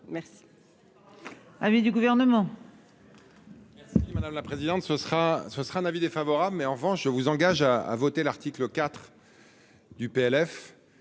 Merci,